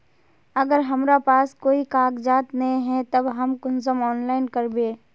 अगर हमरा पास कोई कागजात नय है तब हम कुंसम ऑनलाइन करबे?